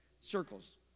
Circles